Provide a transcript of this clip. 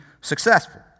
successful